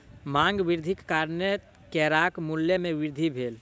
मांग वृद्धिक कारणेँ केराक मूल्य में वृद्धि भेल